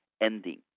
ending